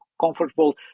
comfortable